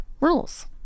rules